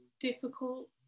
difficult